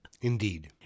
Indeed